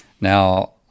Now